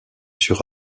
sur